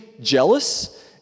jealous